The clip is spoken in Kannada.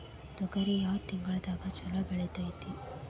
ತೊಗರಿ ಯಾವ ತಿಂಗಳದಾಗ ಛಲೋ ಬೆಳಿತೈತಿ?